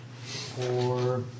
four